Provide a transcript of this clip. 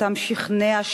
שאותם שכנע,